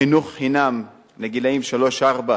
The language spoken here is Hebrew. חינוך חינם לגילאים שלוש-ארבע